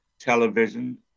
television